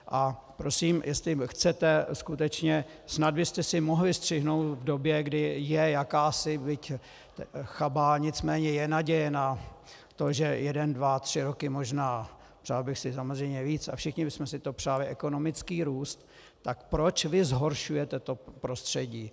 A prosím jestli chcete skutečně, snad byste si mohli střihnout v době, kdy je jakási, byť chabá, nicméně je naděje na to, že jeden, dva, tři roky možná, přál bych si samozřejmě víc a všichni bychom si to přáli, ekonomický růst, tak proč vy zhoršujete to prostředí?